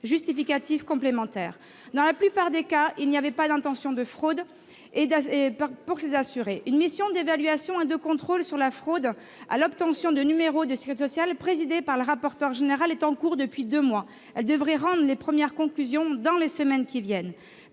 justificatives complémentaires. Dans la plupart des cas, il n'y avait pas d'intention de fraude chez ces assurés. Une mission d'évaluation et de contrôle sur la fraude à l'obtention de numéros de sécurité sociale, présidée par le rapporteur général, est en cours depuis deux mois ; elle devrait rendre ses premières conclusions au cours des semaines qui viennent.